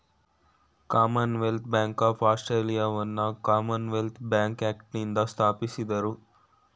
Commonwealth bank of ಆಸ್ಟ್ರೇಲಿಯಾವನ್ನ commonwealth bank ಆಕ್ಟ್ನಿಂದ ಸ್ಥಾಪಿಸಿದ್ದ್ರು